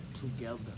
together